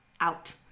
out